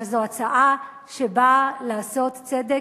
אבל זו הצעה שבאה לעשות צדק.